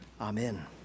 Amen